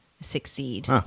succeed